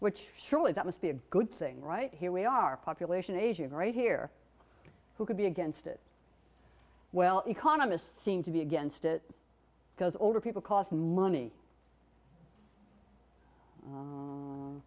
which surely that must be a good thing right here we are population asia right here who could be against it well economists seem to be against it because older people cost money